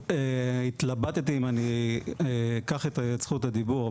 התלבטתי אם אקח את זכות הדיבור,